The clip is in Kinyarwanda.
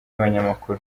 abanyamakuru